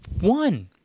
one